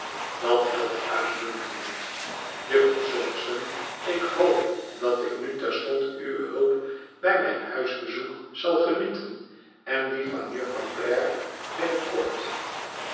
dat helpt uitmuntend jufvrouw summerson ik hoop dat ik nu terstond uwe hulp bij mijn huisbezoek zal genieten en die van jufvrouw